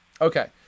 Okay